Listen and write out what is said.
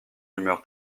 humeur